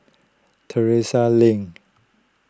Terrasse Lane